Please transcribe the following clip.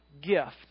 gift